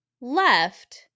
left